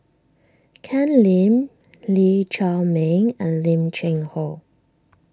Ken Lim Lee Chiaw Meng and Lim Cheng Hoe